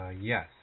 Yes